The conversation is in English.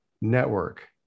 network